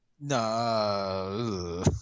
No